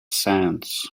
sands